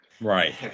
right